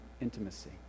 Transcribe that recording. intimacy